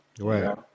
right